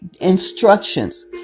instructions